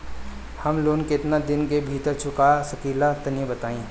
हम लोन केतना दिन के भीतर चुका सकिला तनि बताईं?